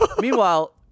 Meanwhile